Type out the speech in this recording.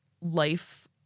life